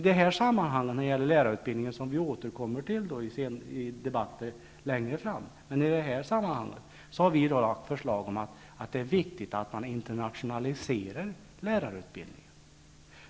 Vi återkommer till lärarutbildningen i debatter längre fram, men just i det här sammanhanget har vi lagt fram förslag om vikten av att internationalisera lärarutbildningen.